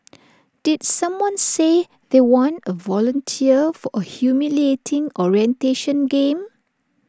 did someone say they want A volunteer for A humiliating orientation game